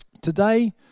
Today